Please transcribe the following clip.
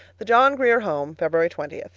the john grier home, february twenty.